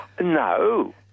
No